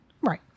right